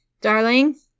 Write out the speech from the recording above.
darling